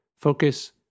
Focus